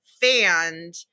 fanned